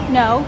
no